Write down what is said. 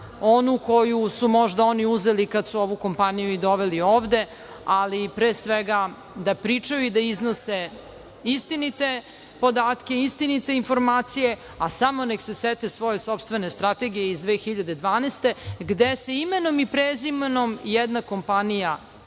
onu koju su možda oni uzeli kada su ovu kompaniju i doveli ovde. Pre svega, da pričaju i da iznose istinite podatke, istinite informacije, a samo neka se sete svoje sopstvene Strategije iz 2012. godine gde se imenom i prezimenom jedna kompanija